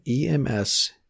EMS